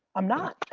i'm not,